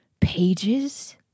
pages